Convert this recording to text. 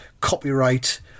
copyright